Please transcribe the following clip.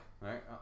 right